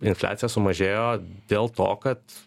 infliacija sumažėjo dėl to kad